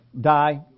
die